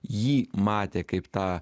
jį matė kaip tą